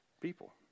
people